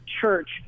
church